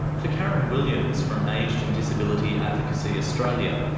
for karen williams from aged and disability advocacy australia,